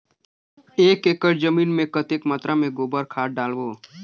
एक एकड़ जमीन मे कतेक मात्रा मे गोबर खाद डालबो?